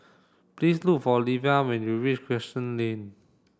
please look for Leia when you reach Crescent Lane